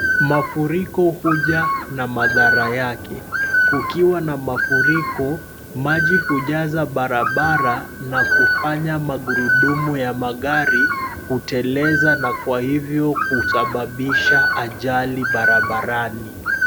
Mafuriko huja na madhara yake. Kukiwa na mafuriko, maji hujaza barabara na kufanya magurudumu ya magari kuteleza na kwa hivyo husababisha ajali barabarani.